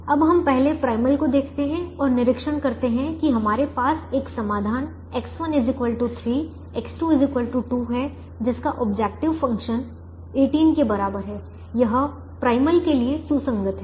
अब हम पहले primal को देखते हैं और निरीक्षण करते हैं कि हमारे पास एक समाधान X1 3 X2 2 है जिसका ऑब्जेक्टिव फंक्शन 18 के बराबर है यह प्राइमल के लिए सुसंगत है